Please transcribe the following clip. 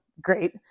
great